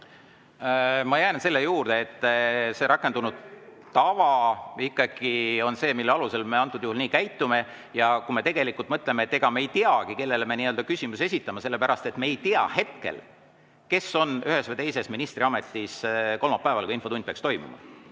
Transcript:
Ma jään selle juurde, et see rakendunud tava on ikkagi see, mille alusel me antud juhul käitume. Kui me mõtlema hakkame, siis ega me ei teagi, kellele me küsimusi esitaksime, sest me ei tea hetkel, kes on ühes või teises ministriametis kolmapäeval, kui infotund peaks toimuma.